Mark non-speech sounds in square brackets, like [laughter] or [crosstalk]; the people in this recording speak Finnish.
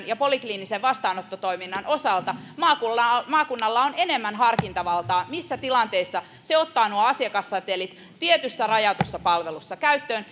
[unintelligible] ja polikliinisen vastaanottotoiminnan osalta maakunnalla maakunnalla on enemmän harkintavaltaa siinä missä tilanteissa se ottaa nuo asiakassetelit tietyssä rajatussa palvelussa käyttöön [unintelligible]